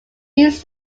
used